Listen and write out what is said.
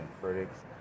critics